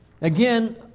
again